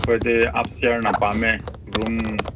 ꯑꯩꯈꯣꯏꯗꯤ ꯎꯞꯁ꯭ꯇꯦꯌꯥꯔꯅ ꯄꯥꯝꯃꯦ ꯔꯨꯝ